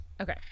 Okay